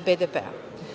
BDP.Tokom